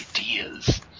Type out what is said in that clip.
ideas